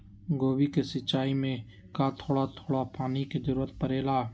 गोभी के सिचाई में का थोड़ा थोड़ा पानी के जरूरत परे ला?